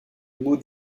mot